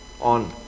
on